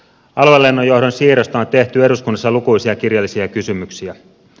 aluelennonjohdon siirrosta on tehty eduskunnassa lukuisia kirjallisia kysymyksiä